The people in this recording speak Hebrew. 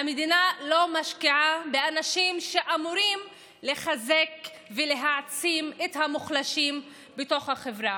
המדינה לא משקיעה באנשים שאמורים לחזק ולהעצים את המוחלשים בתוך חברה.